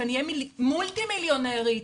שאני אהיה מולטי מיליונרית,